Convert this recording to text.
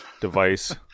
device